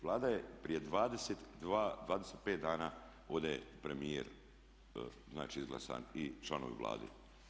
Vlada je prije 25 dana, ovdje je premijer znači izglasan i članovi Vlade.